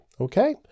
Okay